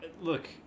look